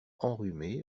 enrhumé